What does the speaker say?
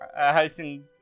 hosting